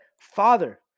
Father